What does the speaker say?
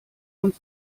und